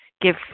Give